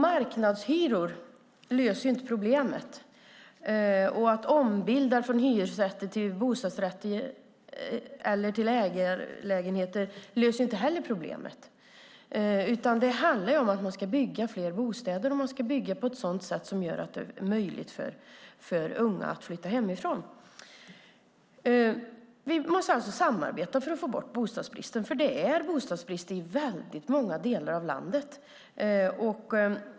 Marknadshyror löser inte problemet, och att ombilda från hyresrätter till bostadsrätter eller ägarlägenheter löser inte heller problemet. Det handlar om att bygga fler bostäder och bygga på ett sådant sätt att det är möjligt för unga att flytta hemifrån. Vi måste samarbeta för att få bort bostadsbristen, för det är bostadsbrist i väldigt många delar av landet.